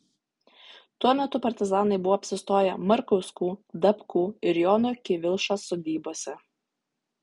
tuo metu partizanai buvo apsistoję markauskų dapkų ir jono kivilšos sodybose